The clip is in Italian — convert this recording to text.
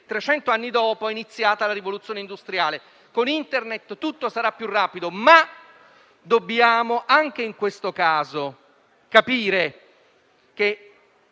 anni dopo è iniziata la Rivoluzione industriale. Con Internet tutto sarà più rapido, ma anche in questo caso dobbiamo capire che